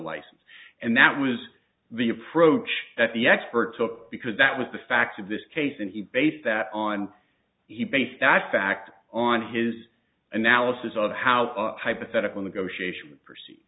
license and that was the approach that the experts look because that was the facts of this case and he based that on he based that fact on his analysis of how the hypothetical negotiation proceed